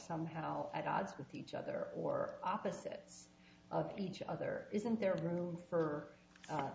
somehow at odds with each other or opposites of each other isn't there room for